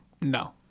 No